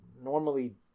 normally